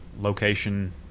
location